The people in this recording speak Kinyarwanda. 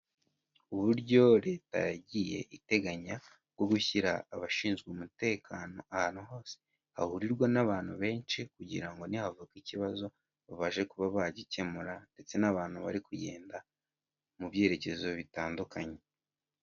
Uburyo leta yagiye iteganya bwo gushyira abashinzwe umutekano, ahantu hose hahurirwa n'abantu benshi kugira ngo nihavuka ikibazo, babashe kuba bagikemura ndetse n'abantu bari kugenda mu byerekezo bitandukanye.